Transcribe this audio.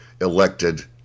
elected